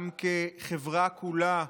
גם כחברה כולה,